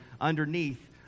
underneath